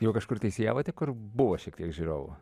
jau kažkur teisėjavote kur buvo šiek tiek žiūrovų